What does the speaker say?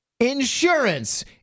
Insurance